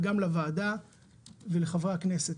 וגם לוועדה ולחברי הכנסת.